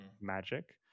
magic